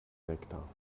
nektar